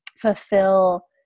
fulfill